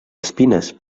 espines